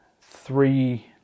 three